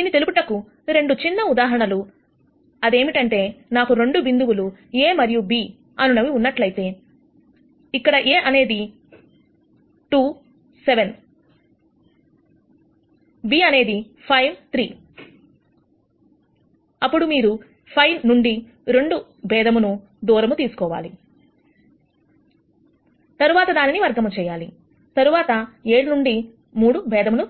దీన్ని తెలుపుటకు రెండు చిన్న ఉదాహరణలు అదేమిటంటే నాకు 2 బిందువులు A మరియు B అనునవి ఉన్నట్లయితే ఇక్కడ A అనేది 2 7 b అనేది 5 3 అప్పుడు మీరు 5 నుండి 2 భేదమును దూరము తీసుకోవాలితర్వాత దానిని వర్గం చేయాలి తరువాత 7 నుండి 3 భేదమును